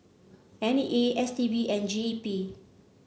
N E A S T B and G E P